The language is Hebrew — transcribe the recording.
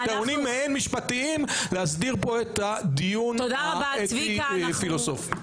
בטיעונים מעין משפטיים להסדיר פה את הדיון האתי פילוסופי.